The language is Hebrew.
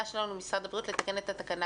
את התקנה